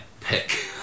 pick